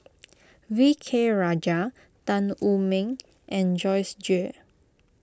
V K Rajah Tan Wu Meng and Joyce Jue